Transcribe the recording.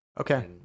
Okay